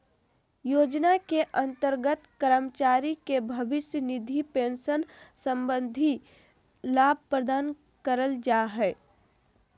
योजना के अंतर्गत कर्मचारी के भविष्य निधि पेंशन संबंधी लाभ प्रदान कइल जा हइ